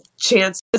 Chances